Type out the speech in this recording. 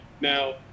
now